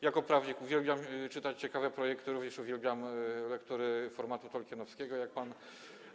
Jako prawnik uwielbiam czytać ciekawe projekty, również uwielbiam lektury formatu tolkienowskiego, jak pan powiedział.